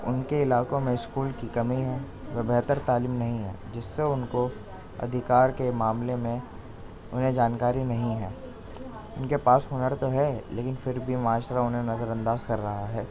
ان کے علاقوں میں اسکول کی کمی ہے و بہتر تعلیم نہیں ہے جس سے ان کو ادھیکار کے معاملے میں انہیں جانکاری نہیں ہے ان کے پاس ہنر تو ہے لیکن پھر بھی معاشرہ انہیں نظر انداز کر رہا ہے